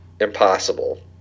impossible